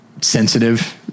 sensitive